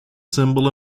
symbol